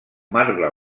marbre